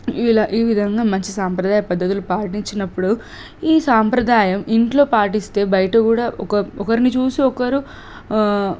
ఇలా ఈ విధంగా మంచి సాంప్రదాయ పద్ధతులు పాటించినప్పుడు ఈ సాంప్రదాయం ఇంట్లో పాటిస్తే బయట కూడా ఒక ఒకరిని చూసి ఒకరు